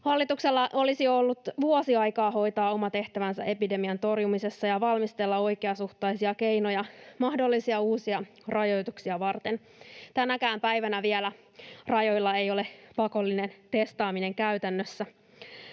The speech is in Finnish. Hallituksella olisi ollut vuosi aikaa hoitaa oma tehtävänsä epidemian torjumisessa ja valmistella oikeasuhtaisia keinoja mahdollisia uusia rajoituksia varten. Vielä tänäkään päivänä rajoilla ei ole pakollinen testaaminen käytännössä,